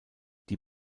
die